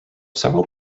several